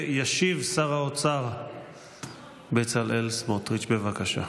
ישיב שר האוצר בצלאל סמוטריץ', בבקשה.